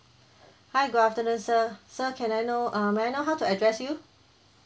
hi good afternoon sir sir can I know uh may I know how to address you